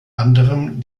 anderem